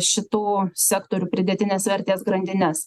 šitų sektorių pridėtinės vertės grandines